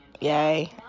yay